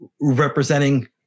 representing